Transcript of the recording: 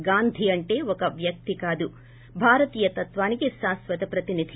గాంధీ అంటే ఒక వ్యక్తి కాదు భారతీయ తత్వానికి శాశ్వత ప్రతినిధి